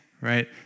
right